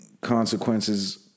consequences